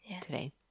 today